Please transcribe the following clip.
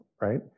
right